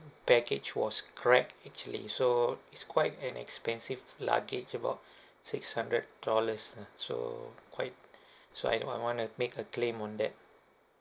baggage was cracked actually so it's quite an expensive luggage about six hundred dollars ah so quite so I I want to make a claim on that